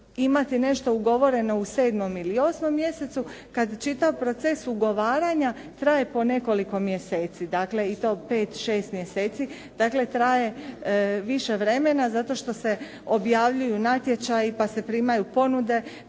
nešto ugovoreno u 7. ili 8. mjesecu kad čitav proces ugovaranja traje po nekoliko mjeseci, dakle i to 5-6 mjeseci. Dakle traje više vremena zato što se objavljuju natječaji pa se primaju ponude,